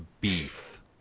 beef